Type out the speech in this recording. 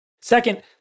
Second